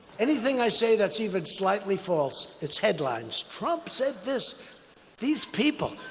anything i say that's even slightly false, it's headlines. trump said this these people,